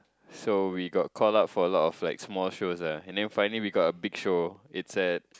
so we got call up for a lot of like small shows ah and then finally we got a big show it's at